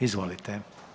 Izvolite.